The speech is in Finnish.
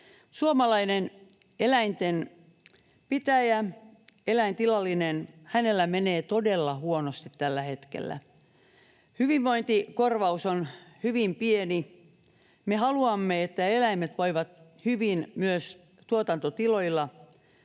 eläintilallisella menee todella huonosti tällä hetkellä. Hyvinvointikorvaus on hyvin pieni. Me haluamme, että eläimet voivat hyvin myös tuotantotiloilla,